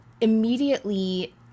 immediately